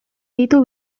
ditu